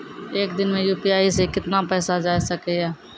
एक दिन मे यु.पी.आई से कितना पैसा जाय सके या?